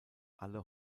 alle